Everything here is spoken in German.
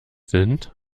sind